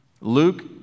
Luke